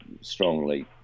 strongly